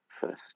first